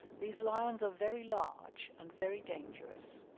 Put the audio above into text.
these lions are very large and very dangerous,